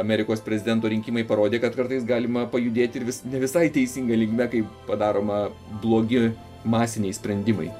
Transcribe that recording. amerikos prezidento rinkimai parodė kad kartais galima pajudėti ir vis ne visai teisinga linkme kai padaroma blogi masiniai sprendimai